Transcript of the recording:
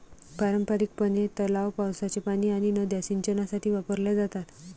पारंपारिकपणे, तलाव, पावसाचे पाणी आणि नद्या सिंचनासाठी वापरल्या जातात